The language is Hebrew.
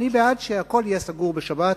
אני בעד שהכול יהיה סגור בשבת,